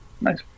Nice